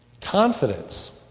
Confidence